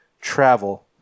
travel